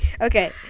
Okay